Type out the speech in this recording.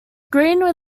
green